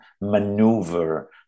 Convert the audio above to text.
maneuver